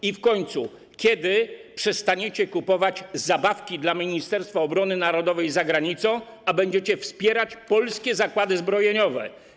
I w końcu kiedy przestaniecie kupować zabawki dla Ministerstwa Obrony Narodowej za granicą, a będziecie wspierać polskie zakłady zbrojeniowe?